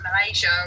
Malaysia